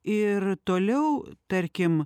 ir toliau tarkim